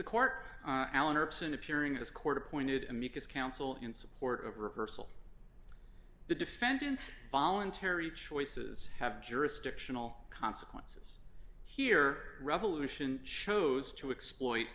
as court appointed amicus counsel in support of rehearsal the defendant's voluntary choices have jurisdictional consequences here revolution shows to exploit